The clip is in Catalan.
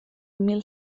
mil